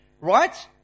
right